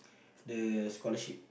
the scholarship